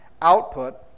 output